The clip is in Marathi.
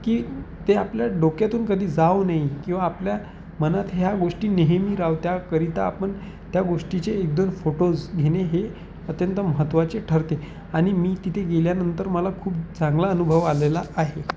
की ते आपल्या डोक्यातून कधी जाऊ नये किंवा आपल्या मनात ह्या गोष्टी नेहमी राहावं त्याकरिता आपण त्या गोष्टीचे एकदोन फोटोज घेणे हे अत्यंत महत्त्वाचे ठरते आणि मी तिथे गेल्यानंतर मला खूप चांगला अनुभव आलेला आहे